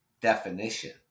definition